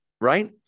right